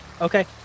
Okay